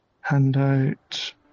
Handout